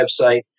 website